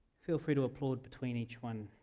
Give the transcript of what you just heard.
feel free to applaud between each one.